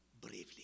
Bravely